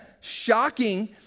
shocking